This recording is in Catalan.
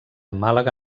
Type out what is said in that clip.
màlaga